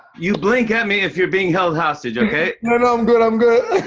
you blink at me if you're being held hostage, okay? no, no. i'm good. i'm good.